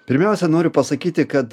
pirmiausia noriu pasakyti kad